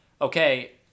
okay